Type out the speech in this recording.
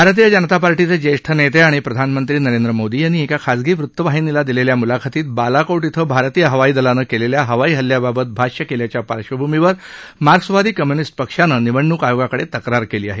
भारतीय जनता पार्टीचे ज्येष्ठ नेते आणि प्रधानमंत्री नरेंद्र मोदी यांनी एका खाजगी वृत्तवाहिनीला दिलेल्या मुलाखतीत बालाकोट क्रें भारतीय हवाईदलानं केलेल्या हवाई हल्ल्याबाबत भाष्य केल्याच्या पार्श्वभूमीवर मार्क्सवादी कम्युनिस्ट पक्षानं निवडणूक आयोगाकडे तक्रार केली आहे